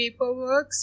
paperworks